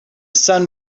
sun